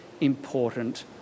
important